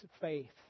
faith